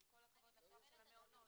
עם כל הכבוד לכוח של המעונות.